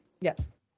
Yes